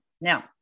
Now